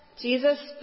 Jesus